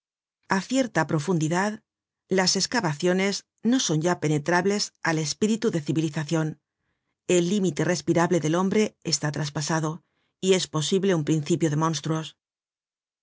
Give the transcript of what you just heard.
a cierta profundidad las escavaciones no son ya penetrables al espíritu de civilizacion el límite respirable del hombre está traspasado y es posible un principio de monstruos